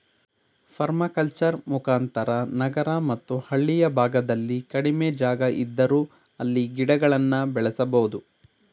permaculture ಮುಖಾಂತರ ನಗರ ಮತ್ತು ಹಳ್ಳಿಯ ಭಾಗದಲ್ಲಿ ಕಡಿಮೆ ಜಾಗ ಇದ್ದರೂ ಅಲ್ಲಿ ಗಿಡಗಳನ್ನು ಬೆಳೆಸಬೋದು